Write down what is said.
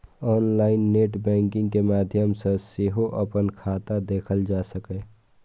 online net banking के माध्यम सं सेहो अपन खाता देखल जा सकैए